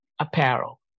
apparel